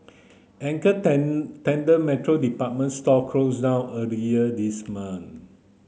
Anchor tenant Metro department store closed down earlier this month